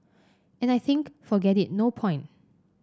and I think forget it no point